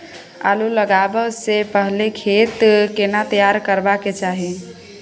आलू लगाबै स पहिले खेत केना तैयार करबा के चाहय?